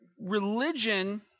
religion